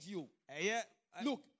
Look